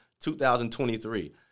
2023